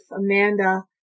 Amanda